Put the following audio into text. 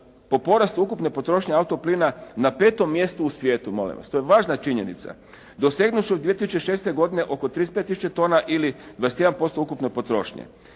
po porastu ukupne potrošnje auto plina na petom mjestu u svijetu, molim vas. To je važna činjenica dosegnuvši 2006. godine oko 35000 tona ili 21% ukupne potrošnje.